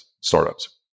startups